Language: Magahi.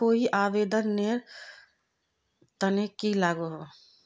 कोई आवेदन नेर तने की लागोहो?